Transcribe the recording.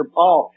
Paul